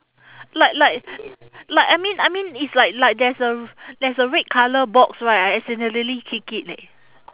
like like like I mean I mean it's like like there's a there's a red colour box right I accidentally kick it leh